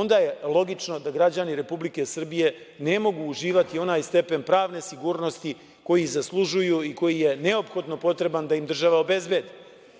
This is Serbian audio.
onda je logično da građani Republike Srbije ne mogu uživati onaj stepen pravne sigurnosti koji zaslužuju i koji je neophodno potreban da im država obezbedi. Mislim